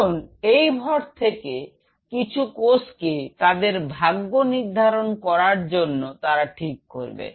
এখন এই ভর থেকে কিছু কোষ কে তাদের ভাগ্য নির্ধারণ করার জন্য তারা ঠিক করবে